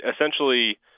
essentially